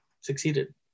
succeeded